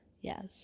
yes